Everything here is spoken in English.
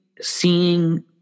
seeing